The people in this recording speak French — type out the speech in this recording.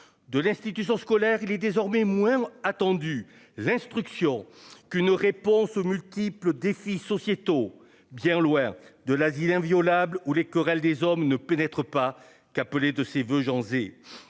de l'institution scolaire, il est désormais moins attendu l'instruction qu'une réponse aux multiples défis sociétaux Pierre Louette de l'asile inviolable où les querelles des hommes ne pénètre pas qu'appelait de ses voeux Janzé.